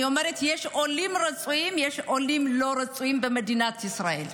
אני אומרת שיש עולים רצויים ועולים לא רצויים במדינת ישראל.